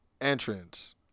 entrance